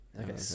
Okay